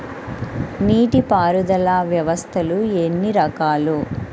నీటిపారుదల వ్యవస్థలు ఎన్ని రకాలు?